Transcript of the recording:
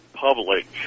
public